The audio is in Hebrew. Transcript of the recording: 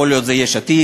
יכול להיות יש עתיד,